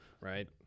right